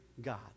God